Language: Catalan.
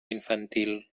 infantil